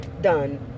done